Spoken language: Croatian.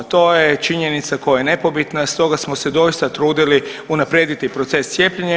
To je činjenica koja je nepobitna, stoga smo se doista trudili unaprijediti proces cijepljenjem.